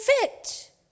fit